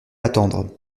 attendre